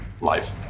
life